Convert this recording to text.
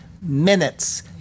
minutes